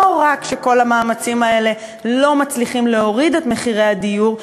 לא רק שכל המאמצים האלה לא מצליחים להוריד את מחירי הדיור,